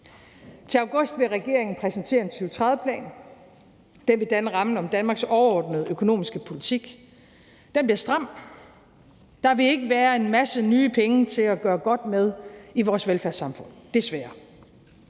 Til august vil regeringen præsentere en 2030-plan. Den vil danne rammen om Danmarks overordnede økonomiske politik. Den bliver stram. Der vil ikke være en masse nye penge at gøre godt med i vores velfærdssamfund, desværre.